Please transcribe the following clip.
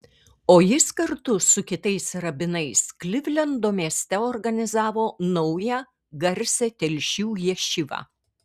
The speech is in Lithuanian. o jis kartu su kitais rabinais klivlendo mieste organizavo naują garsią telšių ješivą